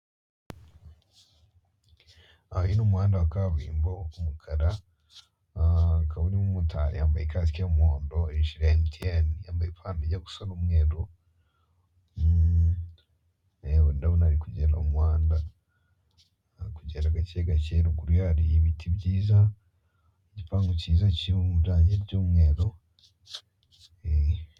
Uyu ni umuhanda wa kaburimbo wumukara, ukaba urimo umutari yambaye kasike yumuhondo, ijire ya MTN, ipantaro ijyagusa numumweru ndabona arimo kujyenda mumuhanda, arikujyenda gake gake. ruguruye hari biti byiza, igipangu cyiza kiriho irange ryumweru.